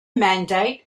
mandate